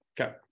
Okay